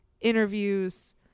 interviews